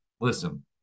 listen